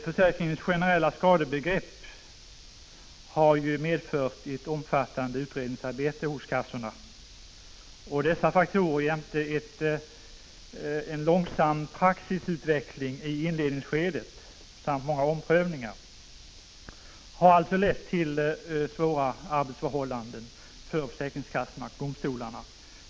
Försäkringens generella skadebegrepp har medfört ett omfattande utredningsarbete hos kassorna. Dessa faktorer jämte en i inledningsskedet långsam praxisutveckling samt många omprövningar har lett till svåra arbetsförhållanden för försäkringskassorna och domstolarna.